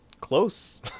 Close